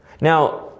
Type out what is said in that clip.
Now